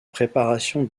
préparation